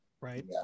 Right